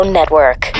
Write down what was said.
Network